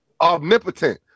Omnipotent